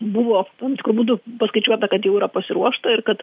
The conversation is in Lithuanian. buvo tam tikru būdu paskaičiuota kad jau yra pasiruošta ir kad